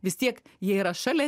vis tiek jie yra šalia